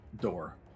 door